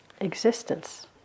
existence